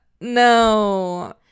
No